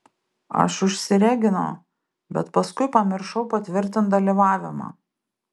aš užsireginau bet paskui pamiršau patvirtint dalyvavimą